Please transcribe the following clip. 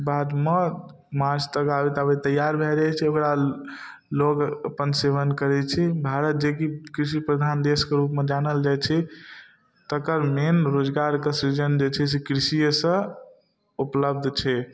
बादमे मार्च तक आबैत आबैत तैयार भए जाइ छै ओकरा लोग अपन सेवन करै छै भारत जेकी कृषि प्रधान देशके रूपमे जानल जाइ छै तकर मेन रोजगारके सीजन जे छै से कृषियेसँ उपलब्ध छै